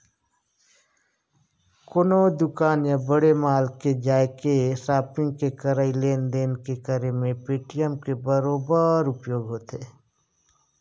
कोनो दुकान या बड़े बड़े मॉल में जायके सापिग के करई लेन देन के करे मे पेटीएम के बरोबर उपयोग होथे